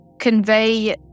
convey